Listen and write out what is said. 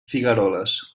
figueroles